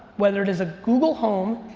whether it is a google home,